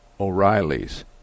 O'Reilly's